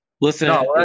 listen